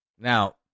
Now